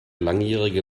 langjährige